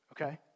Okay